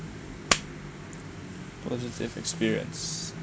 positive experience